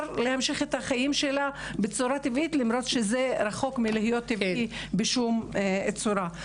להמשיך את החיים שלה בצורה טבעית למרות שזה רחוק מלהיות טבעי בשום צורה.